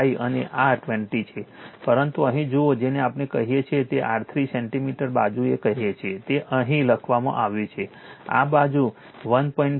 5 અને આ 20 છે પરંતુ અહીં જુઓ જેને આપણે કહીએ છીએ તે R3 સેન્ટિમીટર બાજુ કહીએ છીએ તે અહીં લખવામાં આવ્યું છે આ બાજુ 1